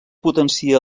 potencia